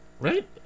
right